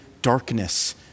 darkness